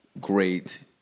great